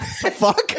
Fuck